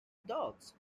dogs